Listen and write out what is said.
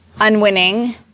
unwinning